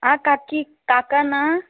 आ काकी काका ना